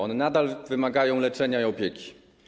One nadal wymagają leczenia i opieki.